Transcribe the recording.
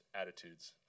attitudes